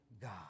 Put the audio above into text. God